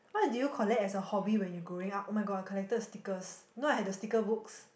what do you collect as a hobby when you growing up [oh]-my-god I collected stickers you know I had the sticker books